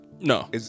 No